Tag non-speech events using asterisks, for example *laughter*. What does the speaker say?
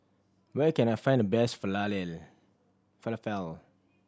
where can I find the best *unintelligible* Falafel